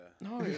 No